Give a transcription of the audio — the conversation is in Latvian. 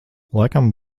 laikam